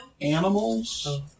animals